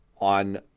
on